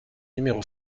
numéro